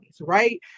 right